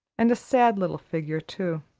and a sad little figure too.